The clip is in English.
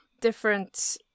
different